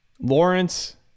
Lawrence